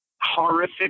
horrific